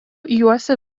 juosia